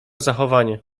zachowanie